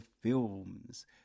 films